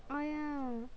oh yeah